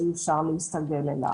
שאי אפשר להסתגל אליו.